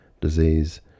disease